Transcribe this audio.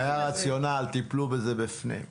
היה רציונל, טיפלו בזה בפנים.